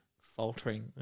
faltering